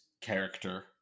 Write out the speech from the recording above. character